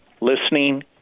listening